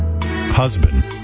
husband